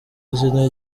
izina